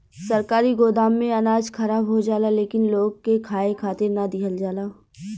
सरकारी गोदाम में अनाज खराब हो जाला लेकिन लोग के खाए खातिर ना दिहल जाला